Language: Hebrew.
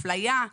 אפליה,